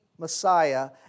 Messiah